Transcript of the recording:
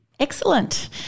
Excellent